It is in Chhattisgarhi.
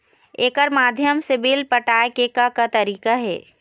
एकर माध्यम से बिल पटाए के का का तरीका हे?